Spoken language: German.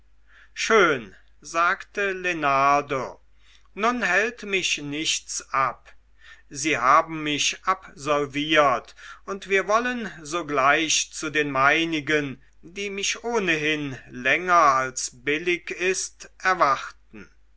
schön sagte lenardo nun hält mich nichts ab sie haben mich absolviert und wir wollen sogleich zu den meinigen die mich ohnehin länger als billig ist erwarten